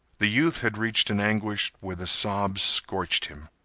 the youth had reached an anguish where the sobs scorched him.